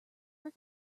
are